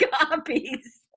copies